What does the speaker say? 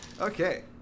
Okay